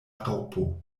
raŭpo